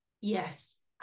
Yes